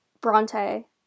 Bronte